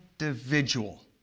individual